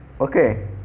okay